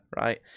right